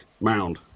mound